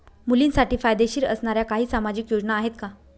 मुलींसाठी फायदेशीर असणाऱ्या काही सामाजिक योजना आहेत का?